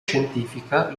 scientifica